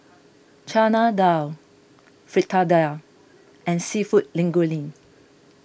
Chana Dal Fritada and Seafood